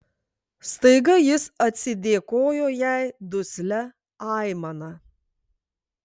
staiga jis atsidėkojo jai duslia aimana